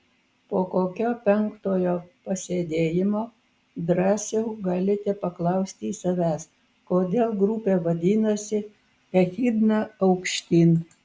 po kokio penktojo pasėdėjimo drąsiau galite paklausti savęs kodėl grupė vadinasi echidna aukštyn